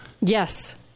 Yes